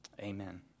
Amen